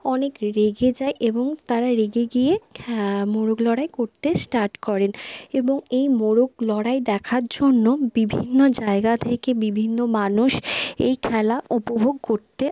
অনেক রেগে যায় এবং তারা রেগে গিয়ে হ্যাঁ মোরগ লড়াই করতে স্টার্ট করেন এবং এই মোরগ লড়াই দেখার জন্য বিভিন্ন জায়গা থেকে বিভিন্ন মানুষ এই খেলা উপভোগ করতে